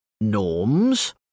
Norms